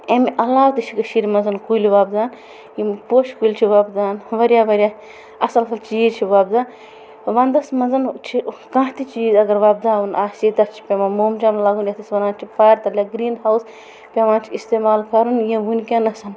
امہِ علاوٕ تہِ چھِ کٔشیٖرِ منٛز کُلۍ وۄپدان یِم پوشہِ کُلۍ چھِ وۄپدان واریاہ واریاہ اصٕل ہی چیٖز چھِ وۄپدان وَندَس منٛزن چھِ کانٛہہ تہِ چیٖز اگر وۄپداوُن آسہِ تَتھ چھُ پٮ۪وان موم جام لاگُن یَتھ أسۍ وَنان چھِ گریٖن ہاوُس پٮ۪وان چھُ اِستعمال کَرُن یِم وٕنکینَس